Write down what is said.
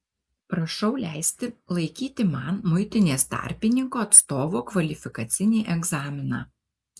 prašau leisti laikyti man muitinės tarpininko atstovo kvalifikacinį egzaminą